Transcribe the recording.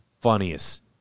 Funniest